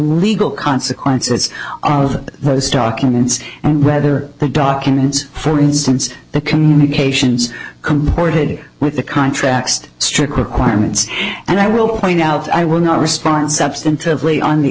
legal consequences of those documents and whether the documents for instance the communications comported with the contracts strict requirements and i will point out i will not respond substantively on the